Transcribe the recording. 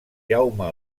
jaume